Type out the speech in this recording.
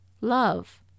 love